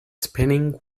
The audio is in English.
spinning